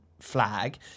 flag